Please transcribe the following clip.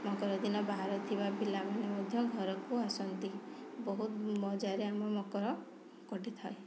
ମକରଦିନ ବାହାରେ ଥିବା ପିଲାମାନେ ମଧ୍ୟ ଘରକୁ ଆସନ୍ତି ବହୁତ ମଜାରେ ଆମ ମକର କଟିଥାଏ